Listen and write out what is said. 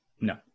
No